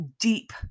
deep